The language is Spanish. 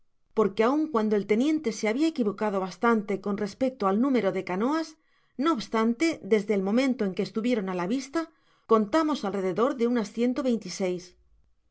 porque aun cuando el teniente se habia equivocado bastante eon respecto al número de canoas no obstante desde el momento en que estuvieron á la vista contamos alrededor de unas ciento